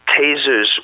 tasers